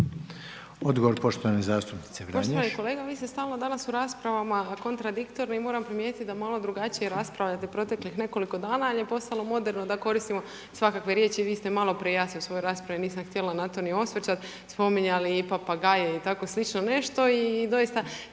Odgovor poštovanog zastupnika Čuraja.